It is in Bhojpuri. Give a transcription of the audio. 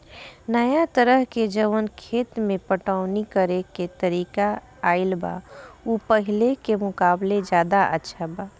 नाया तरह के जवन खेत के पटवनी करेके तरीका आईल बा उ पाहिले के मुकाबले ज्यादा अच्छा बा